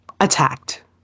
attacked